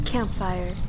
Campfire